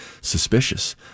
suspicious